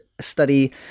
study